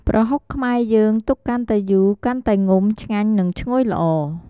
ប្រហុកខ្មែរយើង ទុកកាន់តែយូរ កាន់តែងំ ឆ្ងាញ់ និងឈ្ងុយល្អ។